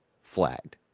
flagged